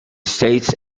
states